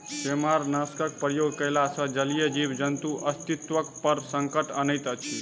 सेमारनाशकक प्रयोग कयला सॅ जलीय जीव जन्तुक अस्तित्व पर संकट अनैत अछि